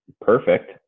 perfect